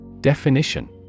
Definition